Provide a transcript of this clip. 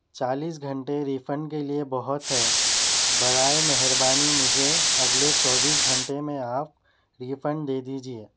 چالیس گھنٹے ریفنڈ کے لئے بہت ہے برائے مہربانی مجھے اگلے چوبیس گھنٹے میں آپ ریفنڈ دے دیجئے